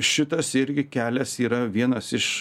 šitas irgi kelias yra vienas iš